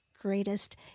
greatest